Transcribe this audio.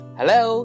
Hello